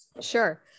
Sure